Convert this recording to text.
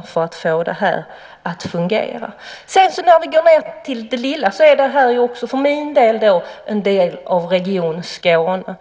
för att få regionen att fungera. Låt oss gå ned till det lilla. För min del är detta en del av Region Skåne.